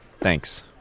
thanks